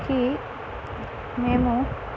కి మేము